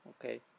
Okay